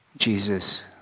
Jesus